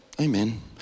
amen